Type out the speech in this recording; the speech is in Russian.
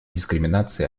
дискриминации